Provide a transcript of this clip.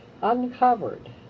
uncovered